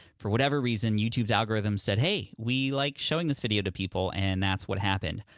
for whatever reason, youtube's algorithm said, hey, we like showing this video to people and that's what happened.